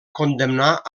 condemnar